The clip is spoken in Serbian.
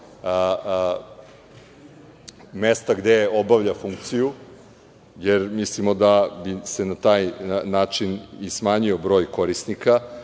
mesta gde obavlja funkciju, jer mislimo da bi se na taj način i smanjio broj korisnika.